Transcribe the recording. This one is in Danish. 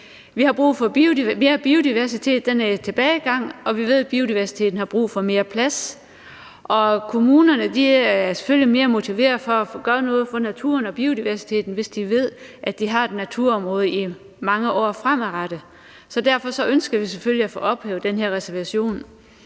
Vi har brug for mere biodiversitet – den er i tilbagegang – og vi ved, biodiversiteten har brug for mere plads. Og kommunerne er selvfølgelig mere motiverede til at gøre noget for naturen og biodiversiteten, hvis de ved, at de har et naturområde i mange år frem. Derfor ønsker vi selvfølgelig at få ophævet den her reservation